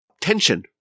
tension